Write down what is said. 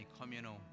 communal